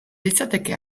litzateke